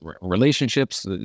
relationships